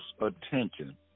attention